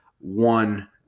one